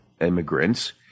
immigrants